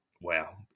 Wow